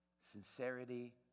sincerity